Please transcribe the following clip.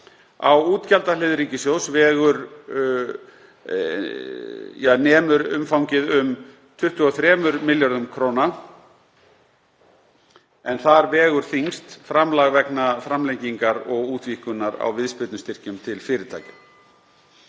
Á útgjaldahlið ríkissjóðs nemur umfangið um 23 milljörðum kr., en þar vegur þyngst framlag vegna framlengingar og útvíkkunar á viðspyrnustyrkjum til fyrirtækja.